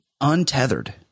untethered